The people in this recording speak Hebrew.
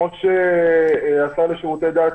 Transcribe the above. ברגע שהשר לשירותי דת,